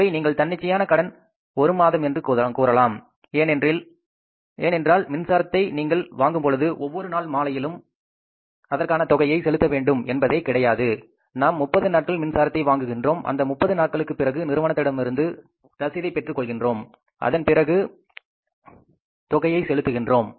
இதை நீங்கள் தன்னிச்சையான கடன் ஒரு மாதம் என்று கூறலாம் ஏனென்றால் மின்சாரத்தை நீங்கள் வாங்கும்பொழுது ஒவ்வொரு நாள் மாலையிலும் அதற்கான தொகையை செலுத்த வேண்டும் என்பதே கிடையாது நாம் 30 நாட்கள் மின்சாரத்தை வாங்குகின்றோம் அந்த முப்பது நாட்களுக்குப் பிறகு நிறுவனத்திடமிருந்து ரசீதைப் பெற்றுக் கொள்கின்றோம் அதன் பிறகு தொகையை செலுத்துகின்றோம்